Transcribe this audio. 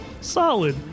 solid